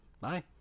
Bye